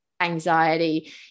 anxiety